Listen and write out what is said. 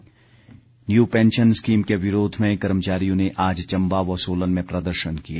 pension new pension scheme के विरोध में कर्मचारियों ने आज चम्बा व सोलन में प्रदर्शन किए